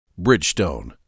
Bridgestone